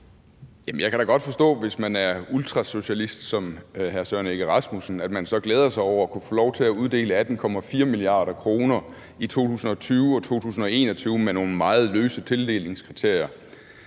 Jeg kan da godt forstå, at man, hvis man er ultrasocialistist som hr. Søren Egge Rasmussen, så glæder sig over at kunne få lov til at uddele 18,4 mia. kr. i 2020 og 2021 efter nogle meget løse tildelingskriterier.